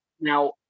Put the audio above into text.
now